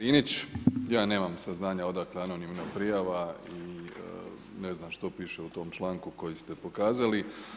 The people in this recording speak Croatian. Linić, ja nemam saznanja odakle anonimna prijava i ne znam što piše u tom članku koji ste pokazali.